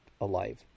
alive